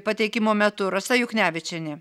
pateikimo metu rasa juknevičienė